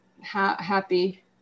happy